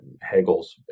Hegel's